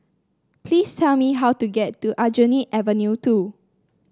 please tell me how to get to Aljunied Avenue Two